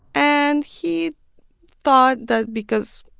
and he thought that because,